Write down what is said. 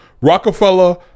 Rockefeller